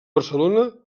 barcelona